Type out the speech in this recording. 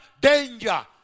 danger